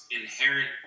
inherent